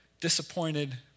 disappointed